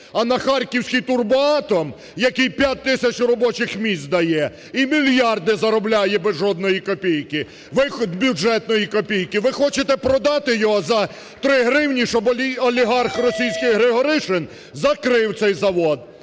а на харківський "Турбоатом", який 5 тисяч робочих місць дає, і мільярди заробляє без жодної копійки, бюджетної копійки. Ви хочете продати його за 3 гривні, щоб олігарх російський Григоришин закрив цей завод.